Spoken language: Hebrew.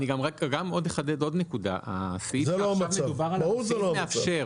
זה לא המצב, ברור שזה לא המצב.